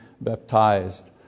baptized